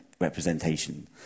representation